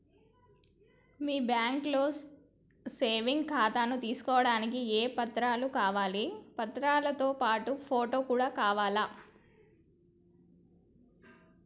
మీ బ్యాంకులో సేవింగ్ ఖాతాను తీసుకోవడానికి ఏ ఏ పత్రాలు కావాలి పత్రాలతో పాటు ఫోటో కూడా కావాలా?